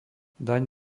daň